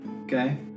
Okay